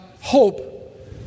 Hope